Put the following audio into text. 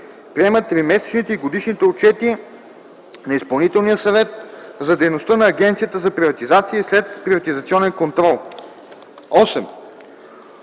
приема тримесечните и годишните отчети на изпълнителния съвет за дейността на Агенцията за приватизация и следприватизационен контрол; 8.